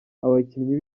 abakinnyi